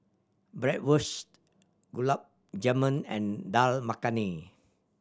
Bratwurst Gulab Jamun and Dal Makhani